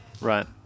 Right